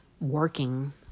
working